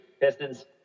Pistons